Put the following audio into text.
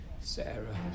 Sarah